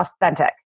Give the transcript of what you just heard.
authentic